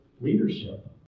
leadership